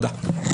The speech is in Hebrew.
זה מה שהם רוצים.